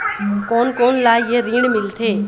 कोन कोन ला ये ऋण मिलथे?